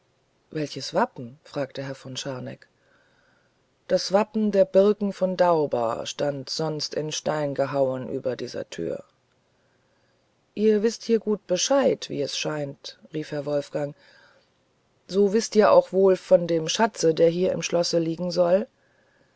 welches wappen fragte herr von scharneck das wappen der birken von dauba stand sonst in stein gehauen über dieser tür ihr wißt hier gut bescheid wie es scheint rief herr wolfgang so wißt ihr auch wohl von dem schatze der hier im schlosse liegen soll